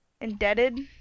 Indebted